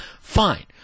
fine